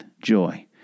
joy